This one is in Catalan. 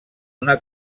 una